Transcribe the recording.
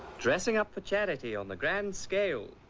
dressing up for charity on the grand scale.